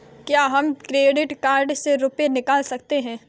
क्या हम credit card से रुपये निकाल सकते हैं?